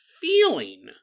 feeling